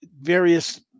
various